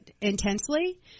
intensely